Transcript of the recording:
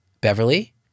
Beverly